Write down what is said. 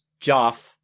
Joff